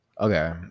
Okay